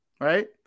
right